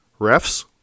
refs